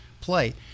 play